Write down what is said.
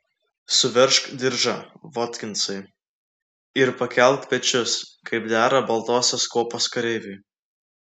suveržk diržą votkinsai ir pakelk pečius kaip dera baltosios kuopos kareiviui